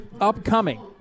upcoming